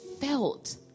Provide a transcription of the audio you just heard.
felt